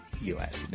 U-S